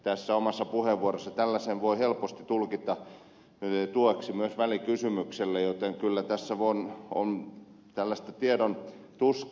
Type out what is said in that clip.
tässä omassa puheenvuorossa tällaisen voi helposti tulkita tueksi myös välikysymykselle joten kyllä tässä on tällaista tiedon tuskaa